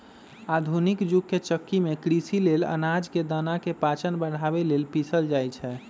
आधुनिक जुग के चक्की में कृषि लेल अनाज के दना के पाचन बढ़ाबे लेल पिसल जाई छै